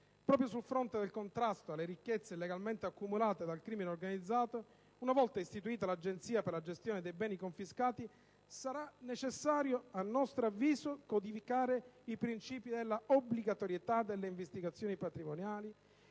Proprio sul fronte del contrasto alle ricchezze illegalmente accumulate dal crimine organizzato, una volta istituita l'Agenzia per la gestione dei beni confiscati sarà necessario codificare i principi dell'obbligatorietà delle investigazioni patrimoniali